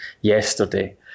yesterday